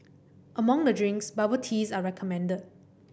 among the drinks bubble teas are recommended